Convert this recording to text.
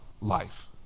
life